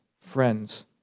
friends